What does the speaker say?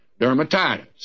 dermatitis